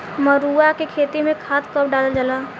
मरुआ के खेती में खाद कब डालल जाला?